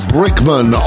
Brickman